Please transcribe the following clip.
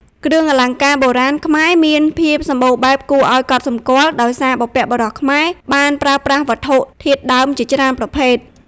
គ្រឿងអលង្ការបុរាណខ្មែរមានភាពសម្បូរបែបគួរឱ្យកត់សម្គាល់ ដោយសារបុព្វបុរសខ្មែរបានប្រើប្រាស់វត្ថុធាតុដើមជាច្រើនប្រភេទ។